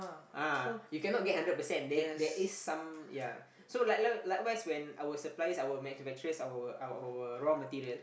(uh huh) you cannot get hundred percent they have there is some ya so like like likewise when our suppliers our manufacturers our our raw material